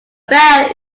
bell